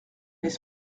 n’est